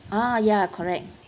ah ya correct